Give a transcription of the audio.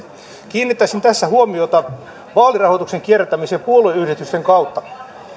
kiinnittäisin tässä huomiota vaalirahoituksen kiertämiseen puolueyhdistysten kautta